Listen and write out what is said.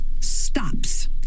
stops